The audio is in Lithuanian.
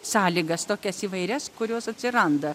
sąlygas tokias įvairias kurios atsiranda